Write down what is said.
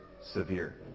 severe